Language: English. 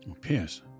Pierce